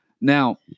now